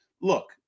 look